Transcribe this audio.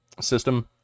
system